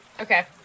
Okay